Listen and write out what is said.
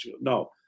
No